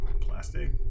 Plastic